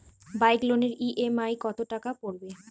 Bike লোনের EMI কত টাকা পড়বে?